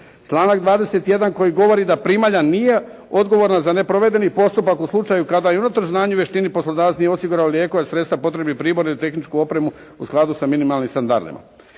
Članak 21. koji govori da primalja nije odgovorna za neprovedeni postupak u slučaju kada i unatoč znanju i vještini poslodavac nije osigurao lijekove, sredstva, potrebni pribor i tehničku opremu u skladu sa minimalnim standardima.